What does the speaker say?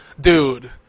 Dude